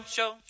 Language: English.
Show